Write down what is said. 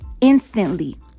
instantly